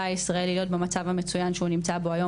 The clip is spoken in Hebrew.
הישראלי להיות במצב המצוין שהוא נמצא בו היום,